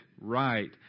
right